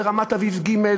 ברמת-אביב ג',